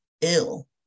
ill